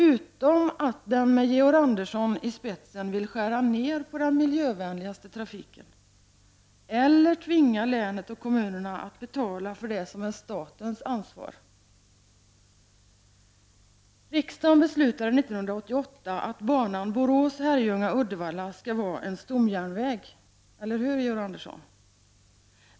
Utom att den med Georg Andersson i spetsen vill skära ner på den miljövänligaste trafiken — eller tvinga länet och kommunerna att betala för det som är statens ansvar. Riksdagen beslutade 1988 att banan Borås-Herrljunga-Uddevalla skall vara en stomjärnväg — eller hur, Georg Andersson?